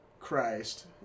Christ